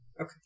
Okay